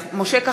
משה כחלון,